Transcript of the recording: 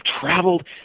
traveled